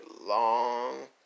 long